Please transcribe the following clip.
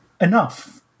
enough